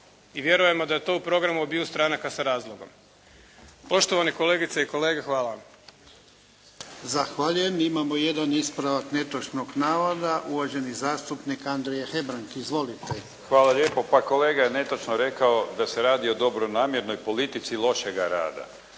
i vjerujemo da je to u programu obiju stranaka sa razlogom. Poštovane kolegice i kolege, hvala vam. **Jarnjak, Ivan (HDZ)** Zahvaljujem. Imamo jedan ispravak netočnog navoda, uvaženi zastupnik Andrija Hebrang. Izvolite. **Hebrang, Andrija (HDZ)** Hvala lijepa. Pa kolega je netočno rekao da se radi o dobronamjernoj politici lošega rada.